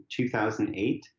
2008